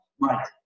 right